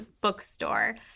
bookstore